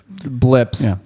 Blips